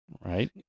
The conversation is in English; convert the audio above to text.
Right